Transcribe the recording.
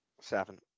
Seven